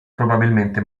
probabilmente